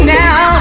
now